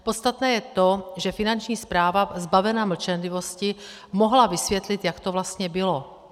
Podstatné je to, že Finanční správa zbavena mlčenlivosti mohla vysvětlit, jak to vlastně bylo.